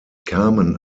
kamen